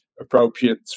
appropriate